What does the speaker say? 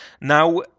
Now